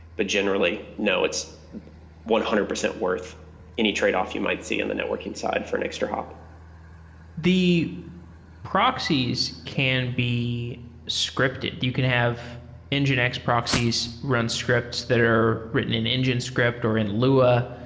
but generally no. it's one hundred percent worth any trade-off you might see in the networking side for an extra hop the proxies can be scripted. you can have nginx proxies run scripts that are written in ngin script or in lua.